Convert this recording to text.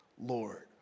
Lord